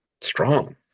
strong